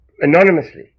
anonymously